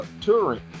touring